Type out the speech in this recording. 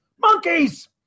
monkeys